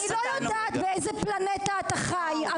אני לא יודעת באיזה פלנטה אתה חי,